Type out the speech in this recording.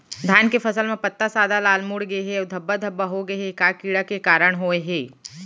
धान के फसल म पत्ता सादा, लाल, मुड़ गे हे अऊ धब्बा धब्बा होगे हे, ए का कीड़ा के कारण होय हे?